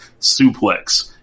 SUPLEX